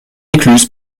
écluse